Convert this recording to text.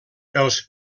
els